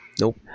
Nope